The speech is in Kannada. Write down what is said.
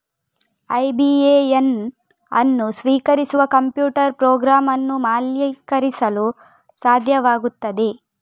ಐ.ಬಿ.ಎ.ಎನ್ ಅನ್ನು ಸ್ವೀಕರಿಸುವ ಕಂಪ್ಯೂಟರ್ ಪ್ರೋಗ್ರಾಂ ಅನ್ನು ಮೌಲ್ಯೀಕರಿಸಲು ಸಾಧ್ಯವಾಗುತ್ತದೆ